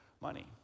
money